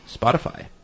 Spotify